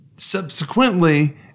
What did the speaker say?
Subsequently